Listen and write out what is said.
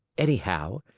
anyhow,